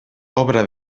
obra